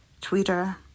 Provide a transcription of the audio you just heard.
Twitter